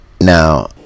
now